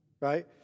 right